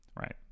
right